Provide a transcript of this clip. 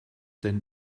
than